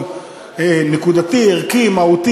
אני חייב לומר שהמחמאות שלך בדרך כלל עושות לי רק טוב,